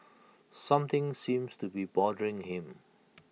something seems to be bothering him